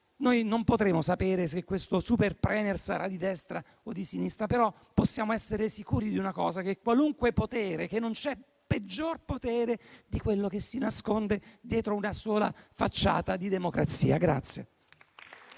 Noi non potremo sapere se il super *Premier* sarà di destra o di sinistra, ma possiamo essere sicuri di una cosa, ovvero che non c'è peggior potere di quello che si nasconde dietro una sola facciata di democrazia.